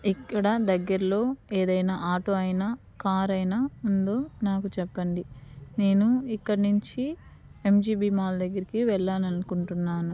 ఇక్కడ దగ్గర్లో ఏదైనా ఆటో అయినా కార్ అయినా ఉందో నాకు చెప్పండి నేను ఇక్కడి నుంచి ఎంజీబీ మాల్ దగ్గరికి వెళ్ళాలనుకుంటున్నాను